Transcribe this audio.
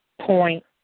point